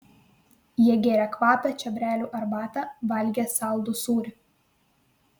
jie gėrė kvapią čiobrelių arbatą valgė saldų sūrį